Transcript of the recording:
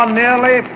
nearly